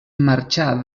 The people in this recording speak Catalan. marxà